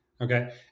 Okay